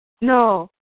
No